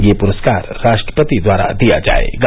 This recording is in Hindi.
ये पुरस्कार राष्ट्रपति द्वारा दिया जाएगा